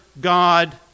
God